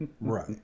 Right